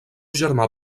germà